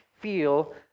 feel